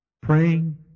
praying